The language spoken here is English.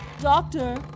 Doctor